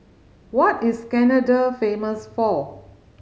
what is Canada famous for